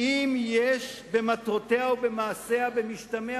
אם יש במטרותיה או במעשיה, במשתמע